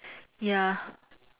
ya